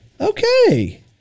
Okay